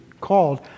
called